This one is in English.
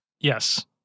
Yes